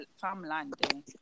farmland